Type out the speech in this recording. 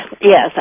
Yes